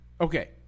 Okay